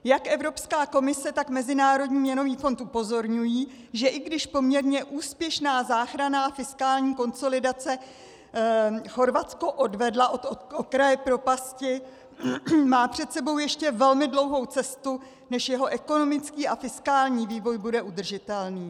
Jak Evropská komise, tak Mezinárodní měnový fond upozorňují, že i když poměrně úspěšná záchranná fiskální konsolidace Chorvatsko odvedla od okraje propasti, má před sebou ještě velmi dlouhou cestu, než jeho ekonomický a fiskální vývoj bude udržitelný.